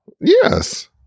Yes